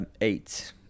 eight